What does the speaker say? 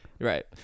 Right